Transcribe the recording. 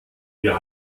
wir